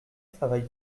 travaille